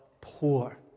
poor